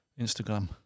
Instagram